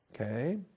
Okay